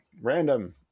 Random